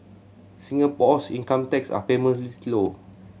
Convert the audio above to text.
Singapore's income taxes are famously low